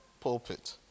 pulpit